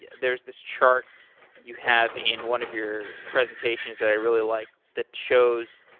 yeah there's this chart you have in one of your presentations that i really like that shows,